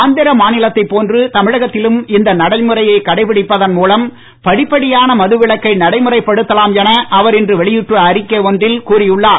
ஆந்திர மாநிலத்தைப் போன்று தமிழகத்திலும் இந்த நடைமுறையை கடைபிடிப்பதன் மூலம் படிப்படியான மதுவிலக்கை நடைமுறைப் படுத்தலாம் என அவர் இன்று வெளியிட்டுள்ள அறிக்கை ஒன்றில் கூறியுள்ளார்